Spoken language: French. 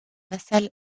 vassal